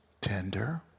tender